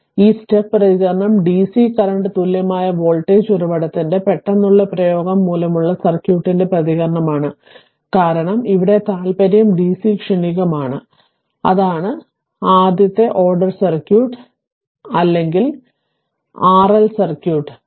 ഈ സ്റ്റെപ്പ് പ്രതികരണം DC current അല്ലെങ്കിൽ വോൾട്ടേജ് ഉറവിടത്തിന്റെ പെട്ടെന്നുള്ള പ്രയോഗം മൂലമുള്ള സർക്യൂട്ടിന്റെ പ്രതികരണമാണ് കാരണം ഇവിടെ താൽപ്പര്യം ഡിസി ക്ഷണികമാണ് അതാണ് ആദ്യത്തെ order circuit ei r r circuit അല്ലെങ്കിൽ RL സർക്യൂട്ട് വലത്